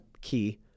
key